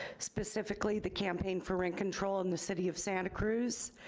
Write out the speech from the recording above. specifically the campaign for rent control in the city of santa cruz.